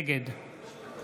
נגד